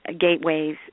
gateways